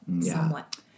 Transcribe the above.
somewhat